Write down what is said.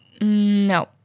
No